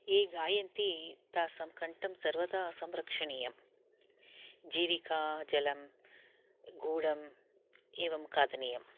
ये गायन्ति तासां कण्ठं सर्वदा संरक्षणीयम् जीरिकाजलं गुढं एवं खादनीयम्